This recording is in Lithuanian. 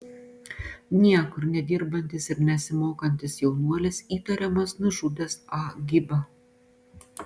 niekur nedirbantis ir nesimokantis jaunuolis įtariamas nužudęs a gibą